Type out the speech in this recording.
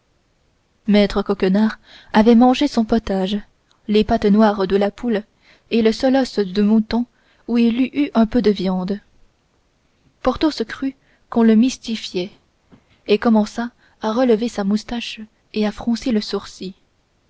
maître coquenard avait mangé son potage les pattes noires de la poule et le seul os de mouton où il y eût un peu de viande porthos crut qu'on le mystifiait et commença à relever sa moustache et à froncer le sourcil